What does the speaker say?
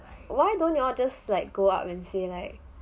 but why don't you all just go up and say like